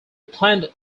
planned